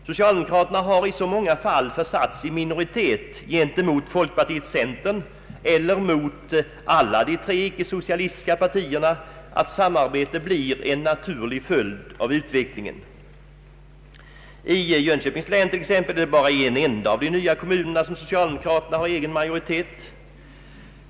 Socialdemokraterna har i så många fall försatts i minoritet gentemot folkpartiet-centern eller mot alla de tre icke socialistiska partierna att samarbete blir en naturlig följd av utvecklingen. I Jönköpings län t.ex. är det bara i en enda av de nya kommunerna som socialdemokraterna har egen majoritet.